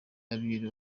abiru